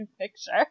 picture